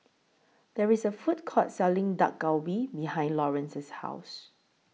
There IS A Food Court Selling Dak Galbi behind Laurence's House